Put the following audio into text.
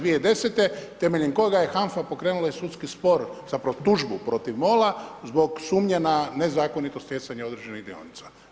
2010. temeljem kojega je HANFA pokrenula i sudski spor zapravo tužbu protiv MOL-a zbog sumnje na nezakonitosti stjecanja određenih dionica.